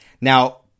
Now